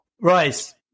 Rice